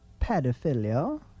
pedophilia